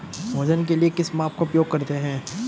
वजन के लिए किस माप का उपयोग करते हैं?